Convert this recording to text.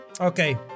Okay